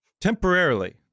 temporarily